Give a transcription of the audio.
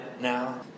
now